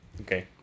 Okay